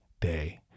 day